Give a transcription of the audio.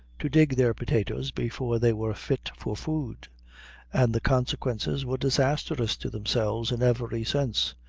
to dig their potatoes before they were fit for food and the consequences were disastrous to themselves in every sense.